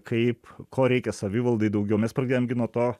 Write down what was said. kaip ko reikia savivaldai daugiau mes pradėjom gi nuo to